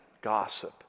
gossip